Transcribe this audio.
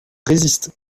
résiste